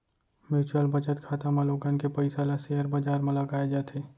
mutual बचत खाता म लोगन के पइसा ल सेयर बजार म लगाए जाथे